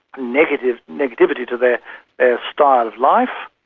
negativity negativity to their ah style of life,